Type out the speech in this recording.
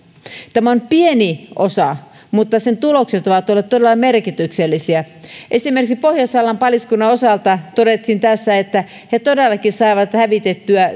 tämä on pieni osa mutta sen tulokset ovat olleet todella merkityksellisiä esimerkiksi pohjois sallan paliskunnan osalta todettiin että he todellakin saivat hävitettyä